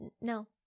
No